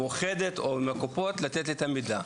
מאוחדת או מהקופות לתת לי את המידע.